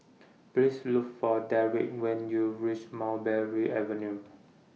Please Look For Deric when YOU REACH Mulberry Avenue